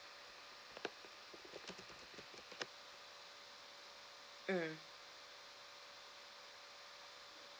mm